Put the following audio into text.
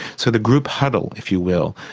so the group huddle, if you will,